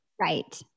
Right